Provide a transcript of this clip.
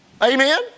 Amen